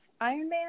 Ironman